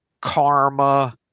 karma